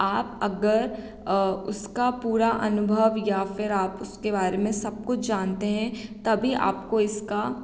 आप अगर उसका पूरा अनुभव या फ़िर आप उसके बारे में सब कुछ जानते हैं तभी आपको इसका